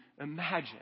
imagine